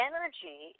Energy